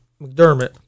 McDermott